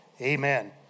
Amen